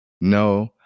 No